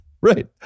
right